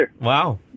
wow